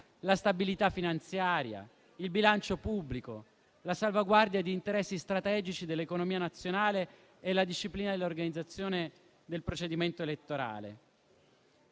la stabilità finanziaria, il bilancio pubblico, la salvaguardia di interessi strategici per l'economia nazionale e la disciplina dell'organizzazione del procedimento elettorale.